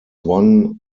one